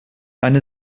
eine